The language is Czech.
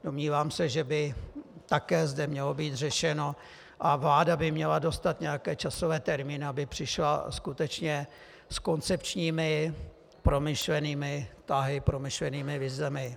Domnívám se, že by také zde mělo být řešeno a vláda by měla dostat nějaké časové termíny, aby přišla skutečně s koncepčními, promyšlenými tahy, promyšlenými vizemi.